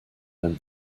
then